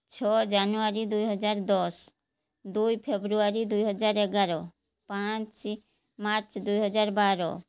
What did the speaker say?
ଛଅ ଜାନୁଆରୀ ଦୁଇ ହଜାର ଦଶ ଦୁଇ ଫେବୃଆରୀ ଦୁଇ ହଜାର ଏଗାର ପାଞ୍ଚ ମାର୍ଚ୍ଚ ଦୁଇ ହଜାର ବାର